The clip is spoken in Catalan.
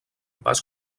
pas